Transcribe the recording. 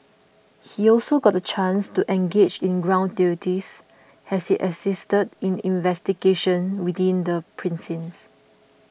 he also got the chance to engage in ground duties as he assisted in investigations within the precinct